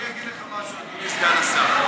אני אגיד לך משהו, אדוני סגן השר.